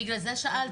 בגלל זה שאלתי.